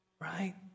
Right